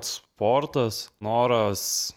sportas noras